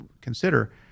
consider